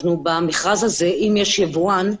במכרז הזה, אם יש יבואן,